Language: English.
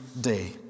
day